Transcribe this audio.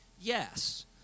Yes